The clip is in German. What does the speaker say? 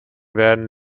werden